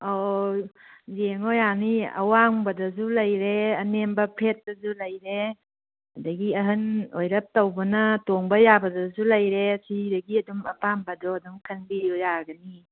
ꯑꯥꯎ ꯌꯦꯡꯉꯣ ꯌꯥꯅꯤ ꯑꯋꯥꯡꯕꯗꯁꯨ ꯂꯩꯔꯦ ꯑꯅꯦꯝꯕ ꯐ꯭ꯂꯦꯠꯇꯁꯨ ꯂꯩꯔꯦ ꯑꯗꯨꯗꯒꯤ ꯑꯍꯟ ꯑꯣꯏꯔꯞ ꯇꯧꯕꯅ ꯇꯣꯡꯕ ꯌꯥꯕꯗꯁꯨ ꯂꯩꯔꯦ ꯁꯤꯗꯒꯤ ꯑꯗꯨꯝ ꯑꯄꯥꯝꯕꯗꯨ ꯑꯗꯨꯝ ꯈꯟꯕꯤꯌꯣ ꯌꯥꯒꯅꯤ